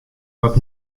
wat